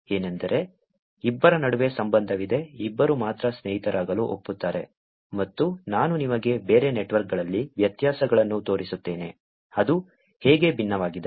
ಏನೆಂದರೆ ಇಬ್ಬರ ನಡುವೆ ಸಂಬಂಧವಿದೆ ಇಬ್ಬರೂ ಮಾತ್ರ ಸ್ನೇಹಿತರಾಗಲು ಒಪ್ಪುತ್ತಾರೆ ಮತ್ತು ನಾನು ನಿಮಗೆ ಬೇರೆ ನೆಟ್ವರ್ಕ್ಗಳಲ್ಲಿ ವ್ಯತ್ಯಾಸಗಳನ್ನು ತೋರಿಸುತ್ತೇನೆ ಅದು ಹೇಗೆ ಭಿನ್ನವಾಗಿದೆ